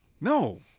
No